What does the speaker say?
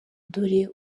dore